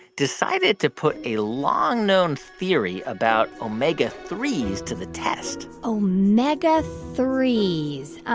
decided to put a long-known theory about omega three s to the test omega three s.